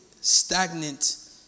stagnant